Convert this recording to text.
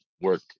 work